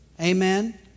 Amen